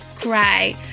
cry